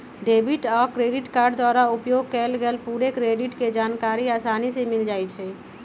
debit आ credit card द्वारा उपयोग कएल गेल पूरे क्रेडिट के जानकारी असानी से मिल जाइ छइ